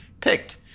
picked